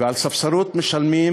ועל ספסרות משלמים